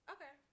Okay